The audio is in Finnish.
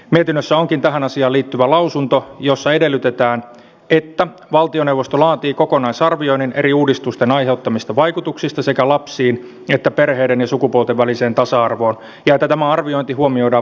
mietinnössä onkin tähän asiaan liittyvä lausunto jossa edellytetään että valtioneuvosto laatii kokonaisarvioinnin eri uudistusten aiheuttamista vaikutuksista sekä lapsiin että perheiden ja sukupuolten väliseen tasa arvoon ja että tämä arviointi huomioidaan varhaiskasvatuslain uudistuksessa